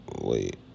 Wait